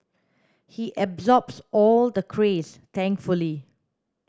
he absorbs all the craze thankfully